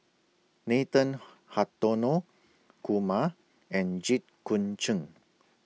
Nathan Hartono Kumar and Jit Koon Ch'ng